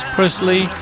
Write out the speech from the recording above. Presley